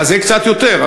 זה קצת יותר.